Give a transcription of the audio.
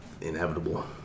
inevitable